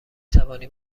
توانیم